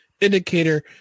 indicator